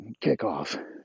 kickoff